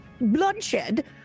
bloodshed